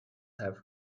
have